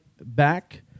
back